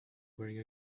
wearing